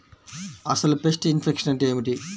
అసలు pest infection అంటే ఏమిటి?